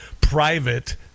private